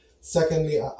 Secondly